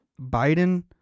Biden